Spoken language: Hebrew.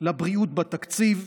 לבריאות בתקציב,